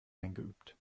eingeübt